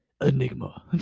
Enigma